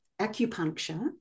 acupuncture